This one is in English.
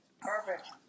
Perfect